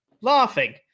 laughing